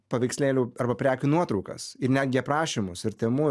paveikslėlių arba prekių nuotraukas ir netgi aprašymus ir temu